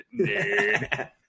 nerd